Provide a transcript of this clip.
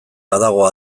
badago